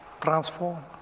transform